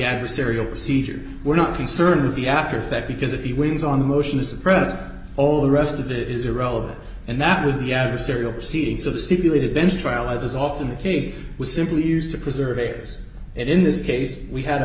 adversarial procedure were not concerned with the after effect because if he wins on the motion to suppress all the rest of it is irrelevant and that was the adversarial proceedings of stipulated bench trial as is often the case with simply used to preserve acres and in this case we had a